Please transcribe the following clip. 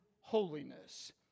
holiness